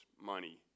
money